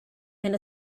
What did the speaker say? and